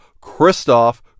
Kristoff